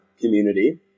community